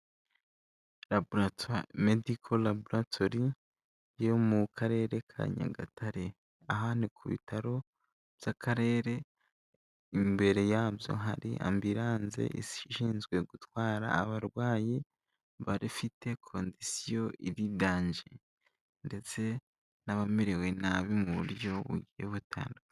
Mediko laboratori yo mu karere ka nyagatare. Aha ni ku bitaro by'akarere, imbere yabyo hari ambilanse ishinzwe gutwara abarwayi bafite kondisiyo iri danje ndetse n'abamerewe nabi mu buryo bugiye butandukanye.